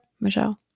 Michelle